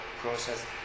process